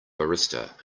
barista